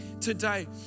today